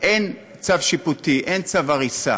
אין צו שיפוטי, אין צו הריסה,